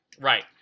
Right